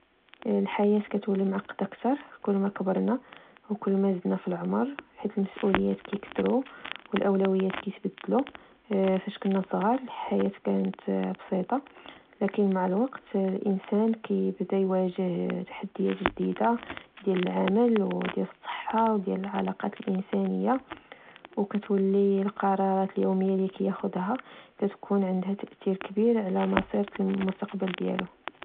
الحياة كتولي معقدة كتر كلما كبرنا وكلما زدنا في العمر، حيث المسؤوليات كتكترو، والأولويات كيتبدلو. فاش كنا صغار، الحياة كانت بسيطة. ولكن مع الوقت، الإنسان كيبدا يواجه تحديات جديدة ديال العمل، ، وديال الصحة، وديال العلاقات الإنسانية ،وكتولي القرارات اليومية اللي كياخدها كتكون عندها تأتير كبير على مصير المستقبل ديالو